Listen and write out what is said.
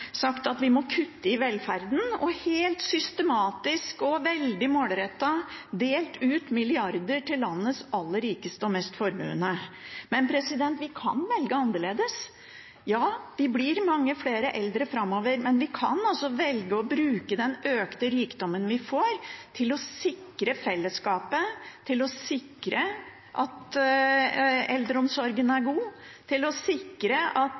sagt at vi må kutte i velferden, og helt systematisk og veldig målrettet delt ut milliarder til landets aller rikeste og mest formuende. Men vi kan velge annerledes. Ja, vi blir mange flere eldre framover, men vi kan velge å bruke den økte rikdommen vi får, til å sikre fellesskapet, til å sikre at eldreomsorgen er god, og til å sikre at